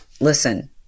Listen